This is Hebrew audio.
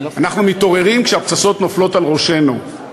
אנחנו מתעוררים כשהפצצות נופלות על ראשנו.